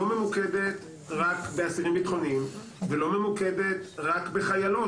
לא ממוקדת רק באסירים ביטחוניים ולא ממוקדת רק בחיילות,